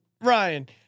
Ryan